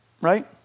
Right